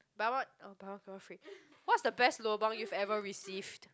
buy one oh buy one got one free what's the best lobang you've ever received